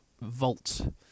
vault